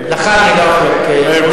לך אני לא אחלוק תשבחות.